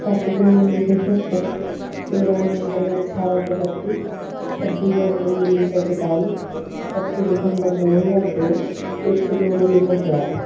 ਸੱਤ ਜੂਨ ਉੱਨੀ ਸੌ ਛਿਅੱਤਰ ਤੇਰਾਂ ਨਵੰਬਰ ਅਠਾਰਾਂ ਸੌ ਇਕੱਤੀ ਛੱਬੀ ਜਨਵਰੀ ਉੱਨੀ ਸੌ ਚੁਤਾਲੀ ਇਕੱਤੀ ਦਸੰਬਰ ਦੋ ਹਜ਼ਾਰ ਦੋ ਇੱਕ ਜੂਨ ਉੱਨੀ ਸੌ ਛਿਆਹਠ